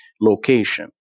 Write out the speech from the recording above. location